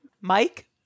Mike